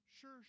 sure